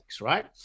right